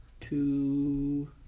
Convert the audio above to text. Two